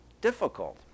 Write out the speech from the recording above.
difficult